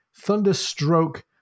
Thunderstroke